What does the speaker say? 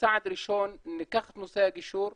כצעד ראשון ניקח את נושא הגישור,